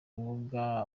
urubuga